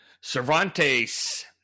Cervantes